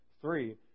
Three